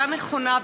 חקיקה נכונה,